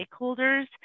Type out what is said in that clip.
stakeholders